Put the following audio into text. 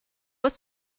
ist